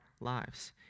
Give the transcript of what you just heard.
lives